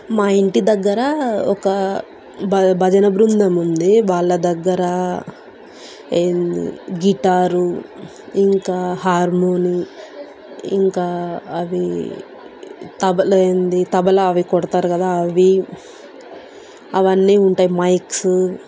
మా ఇంటి దగ్గర ఒక భజన బృందం ఉంది వాళ్ళ దగ్గర ఏమిటి గిటారు ఇంకా హార్మోనీ ఇంకా అవి తబల ఏమిటి తబలా అవి కొడతారు కదా అవి అవన్నీ ఉంటాయి మైక్స్